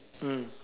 mm